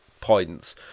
points